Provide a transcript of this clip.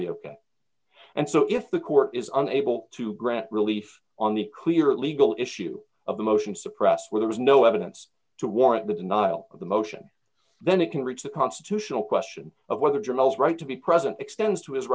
be ok and so if the court is unable to grant relief on the clear legal issue of a motion d to suppress where there is no evidence to warrant the denial of the motion then it can reach the constitutional question of whether journos right to be present extends to his